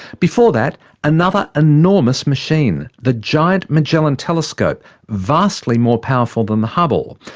before that another enormous machine the giant magellan telescope vastly more powerful than the hubble.